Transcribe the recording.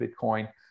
Bitcoin